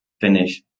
finish